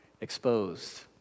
exposed